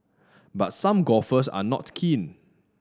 but some golfers are not keen